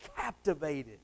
captivated